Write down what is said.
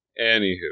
Anywho